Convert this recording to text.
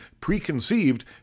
Preconceived